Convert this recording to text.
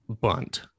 bunt